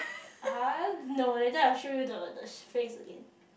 !huh! no later I show you the the face again